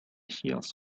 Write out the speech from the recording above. heels